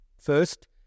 First